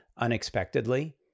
unexpectedly